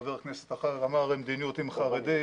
חבר כנסת אחר אמר על מדיניות עם חרדים,